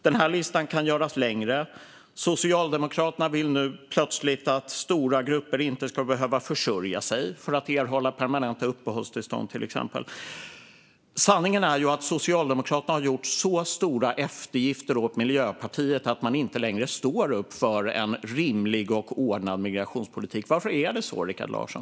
Den här listan kan göras längre. Socialdemokraterna vill nu till exempel plötsligt att stora grupper inte ska behöva försörja sig för att erhålla permanenta uppehållstillstånd. Sanningen är ju att Socialdemokraterna har gjort så stora eftergifter åt Miljöpartiet att man inte längre står upp för en rimlig och ordnad migrationspolitik. Varför är det så, Rikard Larsson?